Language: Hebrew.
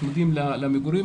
צמודים למגורים.